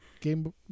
Game